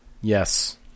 Yes